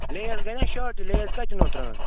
Lay's گٔے نا شارٹٕے لیز کَتہِ یِنو ترٛاونہٕ